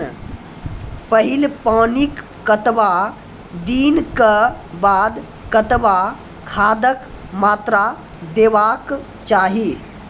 पहिल पानिक कतबा दिनऽक बाद कतबा खादक मात्रा देबाक चाही?